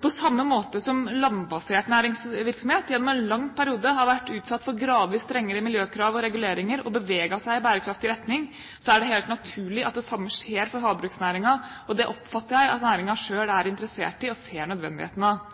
På samme måte som landbasert næringsvirksomhet gjennom en lang periode har vært utsatt for gradvis strengere miljøkrav og reguleringer og har beveget seg i bærekraftig retning, er det helt naturlig at det samme skjer for havbruksnæringen. Og det oppfatter jeg at næringen selv er interessert i og ser nødvendigheten av.